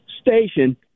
station